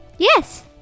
Yes